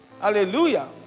Hallelujah